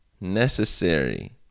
necessary